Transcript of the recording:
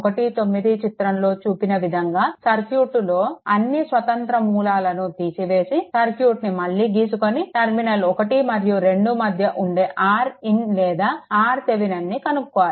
19b చిత్రంలో చూపిన విధంగా సర్క్యూట్లో అన్నీ స్వతంత్ర మూలాలను తీసివేసి సర్క్యూట్ని మళ్ళీ గీసుకొని టర్మినల్ 1 మరియు 2 మధ్య నుండి Rin లేదా RTheveninని కనుక్కోవాలి